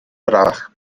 arafach